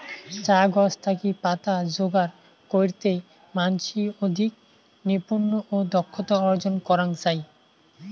চা গছ থাকি পাতা যোগার কইরতে মানষি অধিক নৈপুণ্য ও দক্ষতা অর্জন করাং চাই